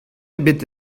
ebet